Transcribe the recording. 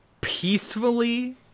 peacefully